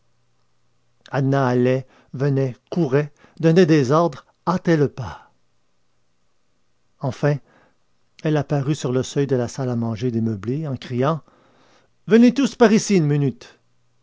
anna allait venait courait donnait des ordres hâtait le repas enfin elle apparut sur le seuil de la salle à manger démeublée en criant venez tous par ici une minute